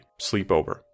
sleepover